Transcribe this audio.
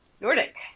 Nordic